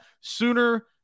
sooner